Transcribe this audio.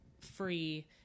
free